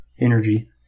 energy